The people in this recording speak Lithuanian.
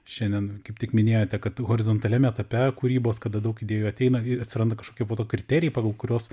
šiandien kaip tik minėjote kad horizontaliame etape kūrybos kada daug idėjų ateina ir atsiranda kažkokie kriterijai pagal kuriuos